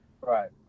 Right